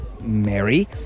Mary